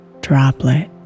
droplet